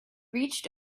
reached